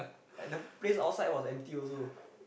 and the place outside was empty also